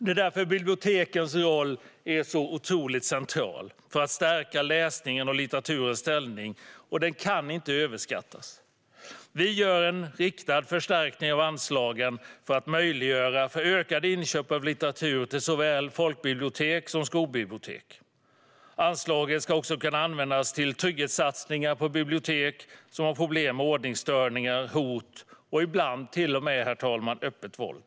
Det är därför bibliotekens roll är så otroligt central för att stärka läsningens och litteraturens ställning, och den kan inte överskattas. Vi gör därför en riktad förstärkning av anslagen för att möjliggöra ökade inköp av litteratur till såväl folkbibliotek som skolbibliotek. Anslaget ska också kunna användas till trygghetssatsningar på de bibliotek som har problem med ordningsstörningar, hot och ibland till och med öppet våld, herr talman.